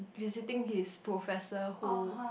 visiting his professor who